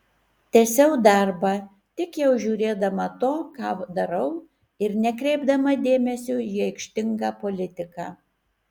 tęsiau darbą tik jau žiūrėdama to ką darau ir nekreipdama dėmesio į aikštingą politiką